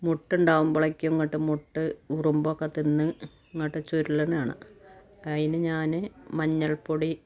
മൊട്ട് ഉണ്ടാകുമ്പോഴേക്കും അങ്ങോട്ട് മൊട്ട് ഉറമ്പൊക്കെ തിന്ന് അങ്ങോട്ട് ചുരുണതാണ് അതിന് ഞാൻ മഞ്ഞൾപ്പൊടി